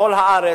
בכל הארץ.